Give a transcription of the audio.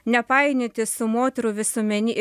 nepainioti su moterų visuomeni